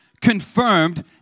confirmed